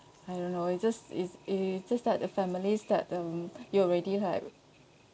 I don't know it's just it's it's just that the families that um you already like